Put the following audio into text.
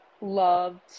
loved